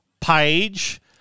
page